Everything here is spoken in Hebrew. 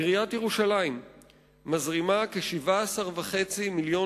עיריית ירושלים מזרימה כ-17.5 מיליון